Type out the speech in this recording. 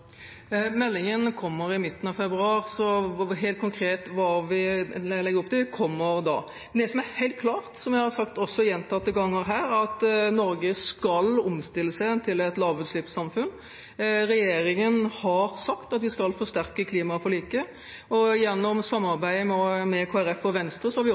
Meldingen kommer i midten av februar, så helt konkret hva vi legger opp til, kommer da. Det som er helt klart, som jeg har sagt også gjentatte ganger her, er at Norge skal omstille seg til et lavutslippssamfunn. Regjeringen har sagt at vi skal forsterke klimaforliket, og gjennom samarbeidet med Kristelig Folkeparti og Venstre har vi